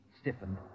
stiffened